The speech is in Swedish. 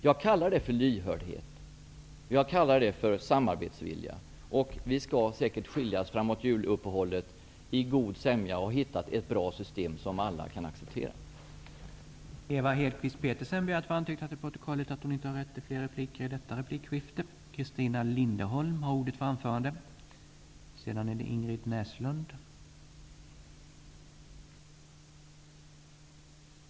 Jag kallar detta för lyhördhet och samarbetsvilja. Vi skall säkert framåt juluppehållet skiljas i god sämja och då ha hittat ett bra system som alla kan acceptera. Petersen anhållit att till protokollet få antecknat att hon inte ägde rätt till ytterligare replik.